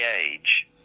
age